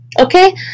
Okay